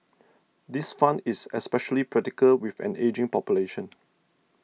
this fund is especially practical with an ageing population